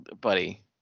Buddy